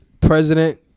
president